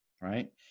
right